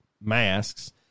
masks